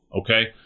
okay